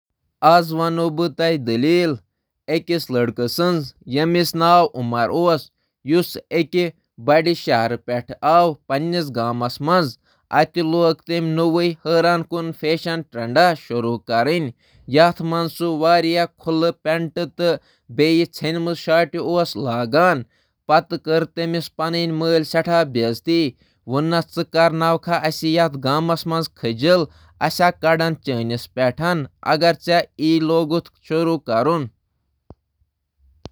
بہٕ وَنہٕ أکِس کِردارس مُتعلِق اکھ دٔلیٖل یُس اکھ مضحکہ خیز نوٚو فیشن ٹرینڈ شروع کرنٕچ کوٗشش چھُ کران۔ ناو چھُ عمر، سُہ آو گام، ییٚتہِ أمۍ فیشن کوٚر لوس فِٹِنٛگ پینٹ تہٕ کٔمیٖز ژٹِتھ أمۍ سٕنٛدِس مٲلۍ ووٚن، یِتھۍ قٕسمٕک پَلو مَہ لٲگِو یِم نہٕ سماجس قٲبِل آسن۔